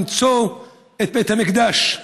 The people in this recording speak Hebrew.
למצוא את בית המקדש.